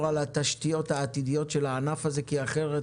על התשתיות העתידיות של הענף הזה כי אחרת